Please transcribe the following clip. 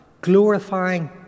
Glorifying